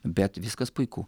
bet viskas puiku